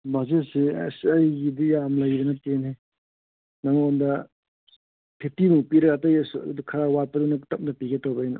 ꯕꯖꯦꯠꯁꯤ ꯑꯁ ꯑꯩꯒꯤꯗꯤ ꯌꯥꯝ ꯂꯩꯕ ꯅꯠꯇꯦꯅꯦ ꯅꯪꯉꯣꯟꯗ ꯐꯤꯐꯇꯤꯃꯨꯛ ꯄꯤꯔꯥ ꯑꯇꯩ ꯑꯁ ꯈꯔ ꯋꯥꯠꯄꯗꯨꯅ ꯇꯞꯅ ꯄꯤꯒꯦ ꯇꯧꯕ ꯑꯩꯅ